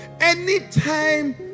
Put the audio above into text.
Anytime